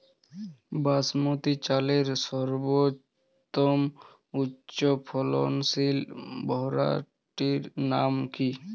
বাসমতী চালের সর্বোত্তম উচ্চ ফলনশীল ভ্যারাইটির নাম কি?